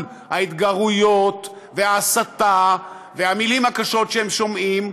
ההתגרויות וההסתה והמילים הקשות שהם שומעים,